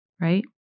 right